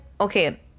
okay